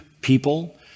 people